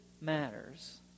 matters